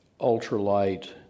ultralight